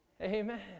Amen